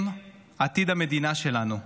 הם עתיד המדינה שלנו.